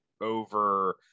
over